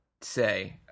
say